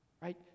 Right